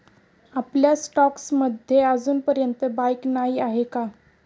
आपल्या स्टॉक्स मध्ये अजूनपर्यंत बाईक नाही आहे का?